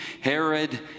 Herod